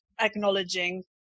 acknowledging